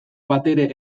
batere